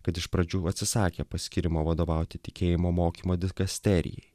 kad iš pradžių atsisakė paskyrimo vadovauti tikėjimo mokymo diskasterijai